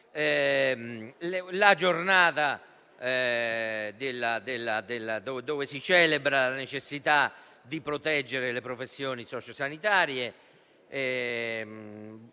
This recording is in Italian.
la giornata in cui si celebra la necessità di proteggere le professioni socio-sanitarie: